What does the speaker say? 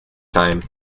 time